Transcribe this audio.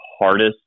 hardest